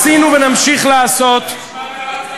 שמענו את הפופוליזם הזה.